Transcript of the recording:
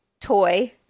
toy